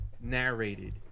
narrated